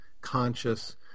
conscious